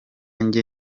njye